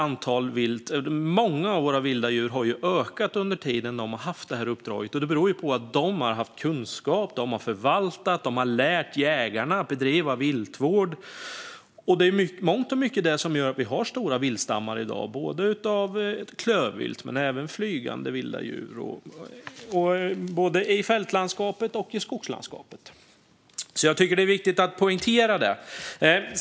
Många av våra vilda djur har ju ökat under tiden de haft detta uppdrag. Det beror på att de har haft kunskap, har förvaltat och har lärt jägarna att bedriva viltvård. Det är i mångt och mycket det som gör att vi har stora viltstammar i dag - både av klövvilt och av flygande vilda djur, både i fältlandskapet och i skogslandskapet. Det är viktigt att poängtera det.